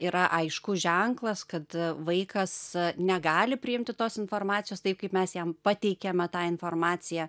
yra aiškus ženklas kad vaikas negali priimti tos informacijos taip kaip mes jam pateikiame tą informaciją